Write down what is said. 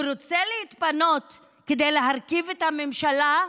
הוא רוצה להתפנות כדי להרכיב את הממשלה?